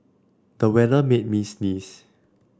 the weather made me sneeze